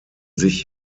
sich